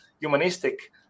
humanistic